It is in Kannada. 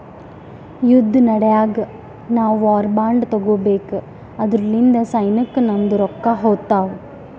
ಯುದ್ದ ನಡ್ಯಾಗ್ ನಾವು ವಾರ್ ಬಾಂಡ್ ತಗೋಬೇಕು ಅದುರ್ಲಿಂದ ಸೈನ್ಯಕ್ ನಮ್ದು ರೊಕ್ಕಾ ಹೋತ್ತಾವ್